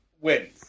win